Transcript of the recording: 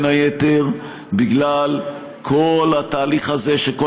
והם לא רוצים לבוא בין היתר בגלל כל התהליך הזה שכל